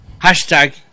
Hashtag